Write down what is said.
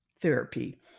therapy